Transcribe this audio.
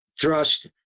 thrust